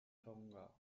tonga